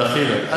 דחילק.